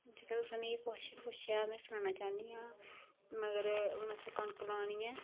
जेह्ड़ा तुसें मी क्वाशन पुच्छेआ में सनाना चाह्न्नी आं मगर हून असें कनक लानी ऐ